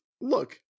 look